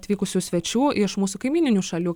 atvykusių svečių iš mūsų kaimyninių šalių